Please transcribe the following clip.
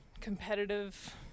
competitive